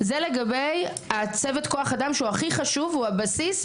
זה לגבי הצוות כוח אדם שהוא הכי חשוב והוא הבסיס,